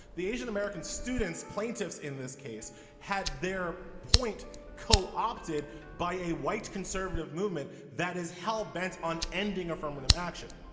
the asian-american students plaintiffs in this case had their point co-opted by a white conservative movement that is hell bent on ending affirmative action